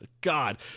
God